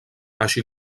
així